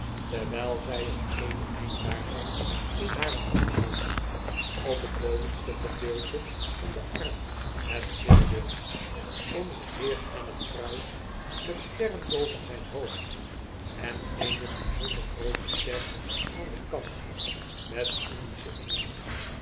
terwijl zij t eene eind daarvan in hare hand houdt op t bovenste gedeelte van clen arm het zinnebeeld onze heer aan t kruis met sterren boven zijn hoofd en eene bijzonder groote ster aan den kant met indisch on inkt